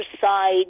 side